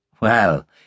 Well